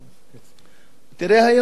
תראה היום, מה יש לנו היום?